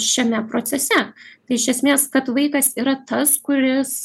šiame procese tai iš esmės kad vaikas yra tas kuris